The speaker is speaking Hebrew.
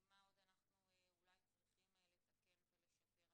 מה עוד אנחנו אולי צריכים לתקן ולשפר.